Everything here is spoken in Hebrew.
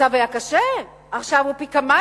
המצב היה קשה, עכשיו הוא קשה פי-כמה.